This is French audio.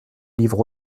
livre